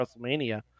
WrestleMania